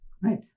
right